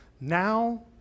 now